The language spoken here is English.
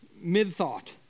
mid-thought